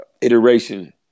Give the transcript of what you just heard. iteration